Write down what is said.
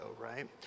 right